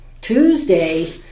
Tuesday